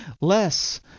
less